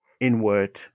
inward